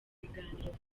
biganirompaka